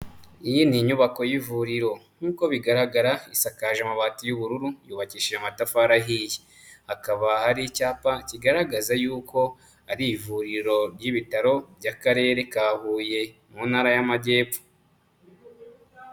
Iyi ni inyubako y'ivuriro. Nk'uko bigaragara isakaje amabati y'ubururu, yubakishije amatafari ahiye, hakaba hari icyapa kigaragaza y'uko ari ivuriro ry'ibitaro by'Akarere ka Huye mu Ntara y'Amajyepfo.